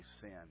sin